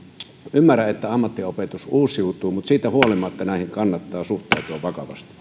ymmärrän että ammattiopetus uusiutuu mutta siitä huolimatta näihin kannattaa suhtautua vakavasti